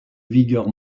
vigueur